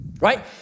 right